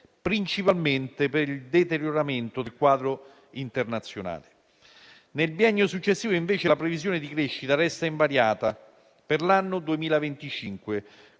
principalmente per il deterioramento del quadro internazionale. Nel biennio successivo invece la previsione di crescita resta invariata per l'anno 2025,